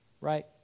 right